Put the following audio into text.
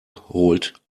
holt